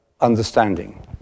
understanding